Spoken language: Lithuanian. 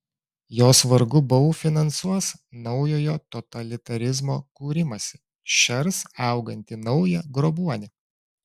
jos vargu bau finansuos naujojo totalitarizmo kūrimąsi šers augantį naują grobuonį